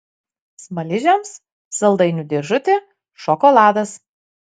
smaližiams saldainių dėžutė šokoladas